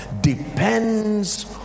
depends